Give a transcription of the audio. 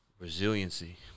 Resiliency